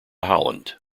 holland